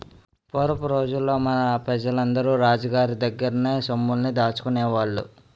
పూరపు రోజుల్లో మన పెజలందరూ రాజు గోరి దగ్గర్నే సొమ్ముల్ని దాసుకునేవాళ్ళు